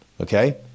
Okay